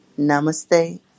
Namaste